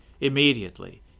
Immediately